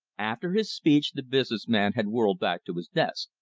after his speech the business man had whirled back to his desk.